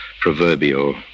proverbial